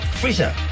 freezer